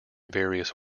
various